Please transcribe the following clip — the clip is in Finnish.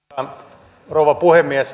arvoisa rouva puhemies